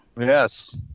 Yes